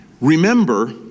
Remember